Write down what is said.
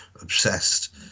obsessed